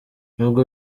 nubwo